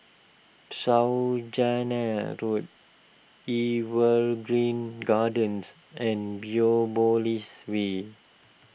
Saujana Road Evergreen Gardens and Biopolis Way